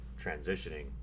transitioning